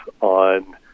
on